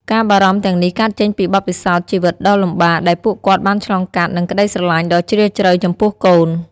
ការបារម្ភទាំងនេះកើតចេញពីបទពិសោធន៍ជីវិតដ៏លំបាកដែលពួកគាត់បានឆ្លងកាត់ និងក្តីស្រឡាញ់ដ៏ជ្រាលជ្រៅចំពោះកូន។